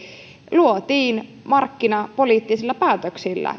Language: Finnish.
luotiin markkina poliittisilla päätöksillä